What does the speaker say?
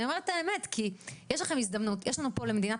אני אומרת את האמת כי יש לכם הזדמנות ויש לנו פה למדינת